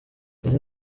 izi